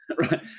Right